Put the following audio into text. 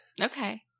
okay